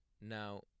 Now